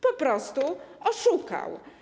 Po prostu oszukał.